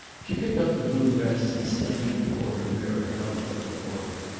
she picked up the blue dress and standing before her mirror, held it up before her.